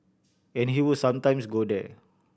and he would sometimes go there